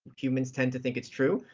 humans tend to think it's true.